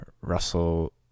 Russell